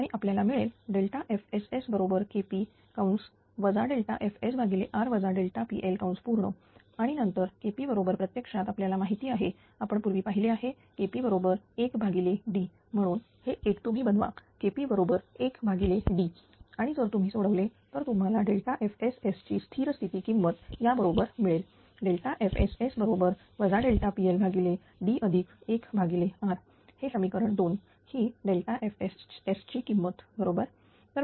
आणि आपल्याला मिळेल FSSKP FSSR pL आणि नंतर KP बरोबर प्रत्यक्षात आपल्याला माहिती आहे आपण पूर्वी पाहिले आहे KP बरोबर 1D म्हणून हे एक तुम्ही बनवा KP बरोबर 1D आणि जर तुम्ही सोडवले तर तुम्हाला FSS ची स्थिर स्थिती किंमत याबरोबर मिळेल FSS PLD1R हे समीकरण 2 ही FSS ची किंमत बरोबर